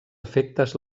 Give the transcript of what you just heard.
efectes